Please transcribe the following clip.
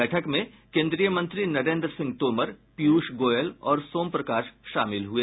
बैठक में केन्द्रीय मंत्री नरेन्द्र सिंह तोमर पीयूष गोयल और सोम प्रकाश शामिल हुए